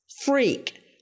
freak